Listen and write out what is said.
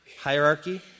hierarchy